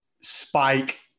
spike